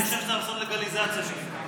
אני חושב שצריך לעשות לגליזציה של זה.